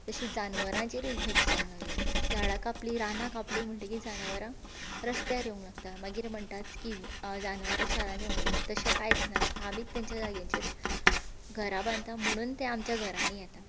तशी जानवरांचेरूय इफॅक्ट जावंक लागले झाडां कापलीं रानां कापलीं म्हणटकी जनावरां रस्त्यार येवंक लागता मागीर म्हणटाच की जानवरां शारांनी येवंक लागलीं तशें कांयच ना की आमीत तांच्या जाग्यांचेर घरां बांदता म्हुणून ते आमच्या घरांनी येता